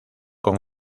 con